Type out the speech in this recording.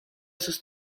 sus